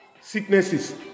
sicknesses